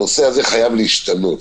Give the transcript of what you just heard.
הנושא הזה חייב להשתנות.